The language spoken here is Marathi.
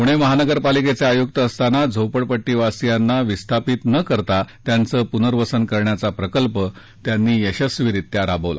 पूणे महानगरपालिकेचे आयुक्त असताना झोपडपट्टीवासियांना विस्थापित न करता त्यांचं पुनर्वसन करण्याचा प्रकल्प त्यांनी यशस्वीरित्या राबवला